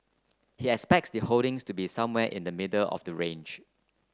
he expects the holdings to be somewhere in the middle of the range